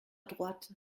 droite